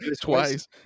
Twice